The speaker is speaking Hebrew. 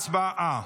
הצבעה.